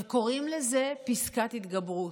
עכשיו, קוראים לזה "פסקת התגברות",